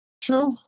True